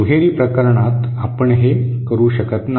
दुहेरी प्रकरणात आपण हे करू शकत नाही